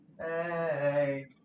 Hey